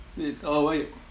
eh oh why